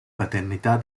paternità